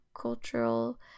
cultural